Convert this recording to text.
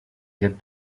yet